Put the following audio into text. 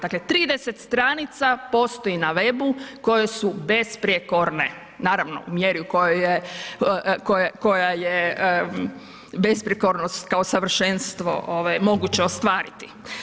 Dakle, 30 stranica postoji na web-u koje su besprijekorne naravno u mjeri u kojoj je, koja je besprijekornost kao savršenstvo ovaj moguće ostvariti.